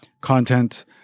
content